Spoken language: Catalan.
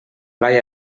blai